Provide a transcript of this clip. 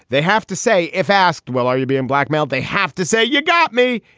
they have to say, if asked, well, are you being blackmailed? they have to say, you got me.